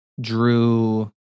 drew